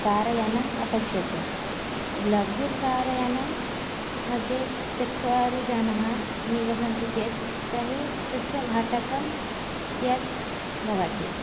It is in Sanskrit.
कार् यानम् अपेक्ष्यते लघु कार् यानं मध्ये चत्वारि जनाः निवसन्ति चेत् तर्हि तस्य भाटकं कियत् भवति